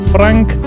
Frank